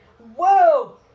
Whoa